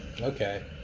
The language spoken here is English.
Okay